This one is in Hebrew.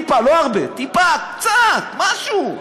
טיפה, לא הרבה, טיפה, קצת, משהו?